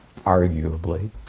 arguably